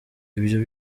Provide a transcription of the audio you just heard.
ibyo